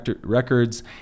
records